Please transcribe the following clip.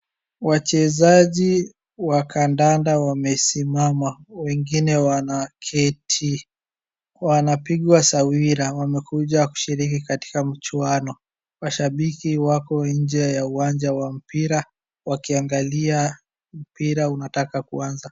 Wachezaji wa kandanda wamesimama wengine wanaketi. Wanapigwa sawira . Wamekuja kushiriki katika mchuano. Mashabiki wako nje ya uwanja wa mpira wakiangali mpira unataka kuanza.